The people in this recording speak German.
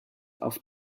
auf